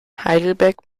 heidelberg